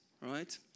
right